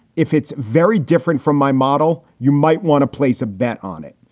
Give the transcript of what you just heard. if it's very different from my model, you might want to place a bet on it.